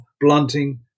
blunting